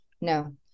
No